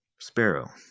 Sparrow